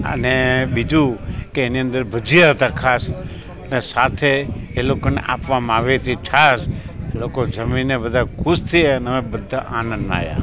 અને બીજું કે એની અંદર ભજીયા હતા ખાસ અને સાથે એ લોકોને આપવામાં આવી હતી છાશ લોકો જમીને બધા ખુશ થઈ અને બધા આનંદમાં આવ્યા